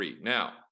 Now